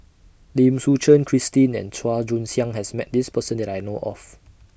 Lim Suchen Christine and Chua Joon Siang has Met This Person that I know of